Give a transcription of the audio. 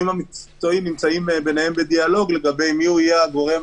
נמצאים בדיאלוג לגבי מי יהיה הגורם